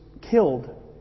killed